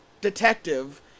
detective